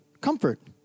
Comfort